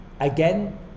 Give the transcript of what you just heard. again